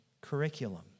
curriculum